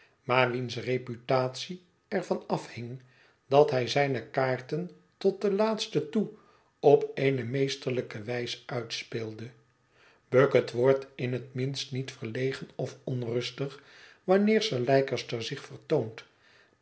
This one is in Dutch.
maar wiens reputatie er van afhing dat hjj zijne kaarten tot de laatste toe op eene meesterlijke wijs uitspeelde bucket wordt in het minste niet verlegen of onrustig wanneer sir leicester zich vertoont